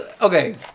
Okay